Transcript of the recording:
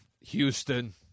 Houston